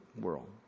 world